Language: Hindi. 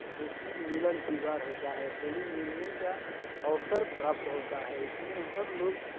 उसमें मिलन त्योहार होता है होली मिलने का अवसर प्राप्त होता है उसमें हर लोग